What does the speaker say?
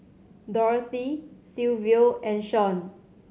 Dorathy Silvio and Shaun